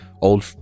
old